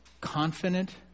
confident